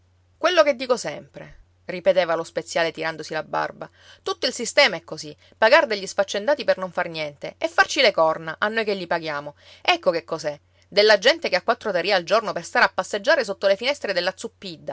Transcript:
quello che dico sempre ripeteva lo speziale tirandosi la barba tutto il sistema è così pagar degli sfaccendati per non far niente e farci le corna a noi che li paghiamo ecco che cos'è della gente che ha quattro tarì al giorno per stare a passeggiare sotto le finestre della